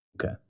Okay